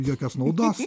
jokios naudos